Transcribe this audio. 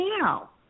now